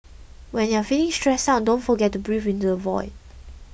when you are feeling stressed out don't forget to breathe into the void